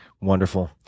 Wonderful